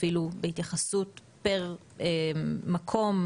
אפילו התייחסות פר מקום,